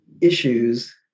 issues